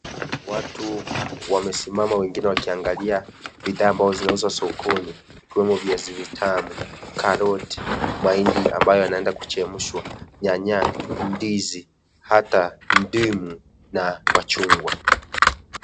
Watu wamesimama wengine wakiangalia bidhaa ambazo zinauzwa sokoni. Vikiwemo viazi vitamu, karoti, mahindi ambayo yanaenda kuchemshwa, nyanya, ndizi hata ndimu na machungwa.